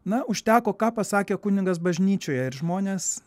na užteko ką pasakė kunigas bažnyčioje ir žmonės